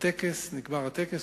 בגמר הטקס,